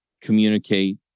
communicate